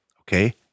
Okay